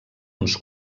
uns